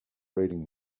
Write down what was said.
reading